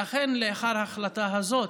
אכן, לאחר ההחלטה הזאת,